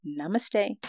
Namaste